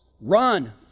run